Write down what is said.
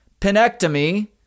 penectomy